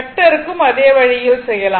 வெக்டர்க்கும் அதே வழியில் செய்ய வேண்டும்